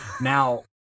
Now